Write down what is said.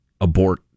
abort